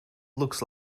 looks